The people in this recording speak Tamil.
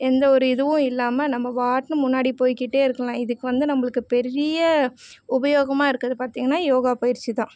எந்த ஒரு இதுவும் இல்லாமல் நம்ம பாட்டுனு முன்னாடி போய்க்கிட்டே இருக்கலாம் இதுக்கு வந்து நம்மளுக்கு பெரிய உபயோகமாக இருக்கிறது பார்த்தீங்கன்னா யோகா பயிற்சிதான்